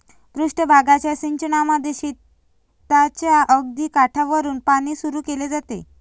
पृष्ठ भागाच्या सिंचनामध्ये शेताच्या अगदी काठावरुन पाणी सुरू केले जाते